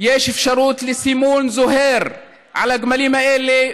יש אפשרות לסימון זוהר על הגמלים האלה,